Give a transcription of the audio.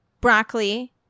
broccoli